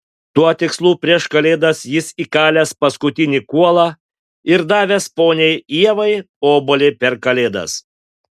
tuo tikslu prieš kalėdas jis įkalęs paskutinį kuolą ir davęs poniai ievai obuolį per kalėdas